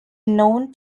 known